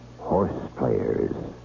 Horseplayers